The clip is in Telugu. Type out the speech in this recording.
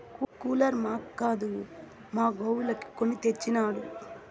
కూలరు మాక్కాదు మా గోవులకు కొని తెచ్చినాడు